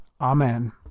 Amen